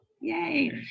Yay